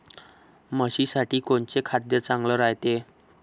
म्हशीसाठी कोनचे खाद्य चांगलं रायते?